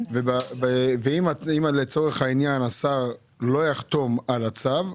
אם לצורך העניין השר לא יחתום על הצו,